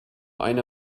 eine